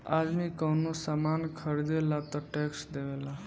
आदमी कवनो सामान ख़रीदेला तऽ टैक्स देवेला